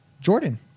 Jordan